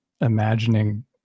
imagining